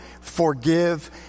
forgive